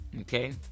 okay